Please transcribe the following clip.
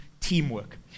teamwork